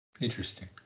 interesting